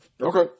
Okay